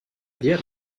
dire